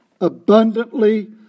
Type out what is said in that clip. abundantly